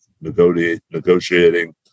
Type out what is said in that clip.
negotiating